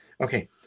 Okay